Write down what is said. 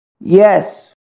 yes